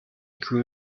grew